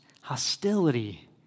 hostility